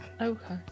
Okay